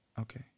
Okay